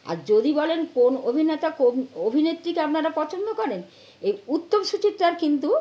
আর যদি বলেন কোন অভিনেতা কোন অভিনেত্রীকে আপনারা পছন্দ করেন এ উত্তম সুচিত্রার কিন্তু